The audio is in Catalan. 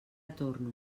torno